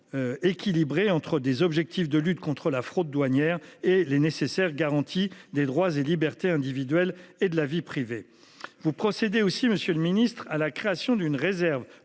Équilibrée entre des objectifs de lutte contre la fraude douanière et les nécessaires garanties des droits et libertés individuelles et de la vie privée, vous procédez aussi monsieur le ministre à la création d'une réserve